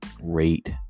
rate